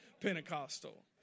Pentecostal